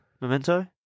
Memento